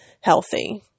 healthy